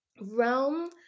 realm